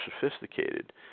sophisticated